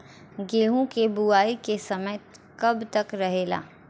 गेहूँ के बुवाई के समय कब तक रहेला?